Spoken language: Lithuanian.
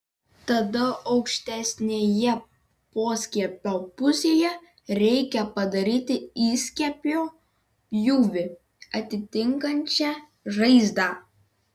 tada aukštesnėje poskiepio pusėje reikia padaryti įskiepio pjūvį atitinkančią žaizdą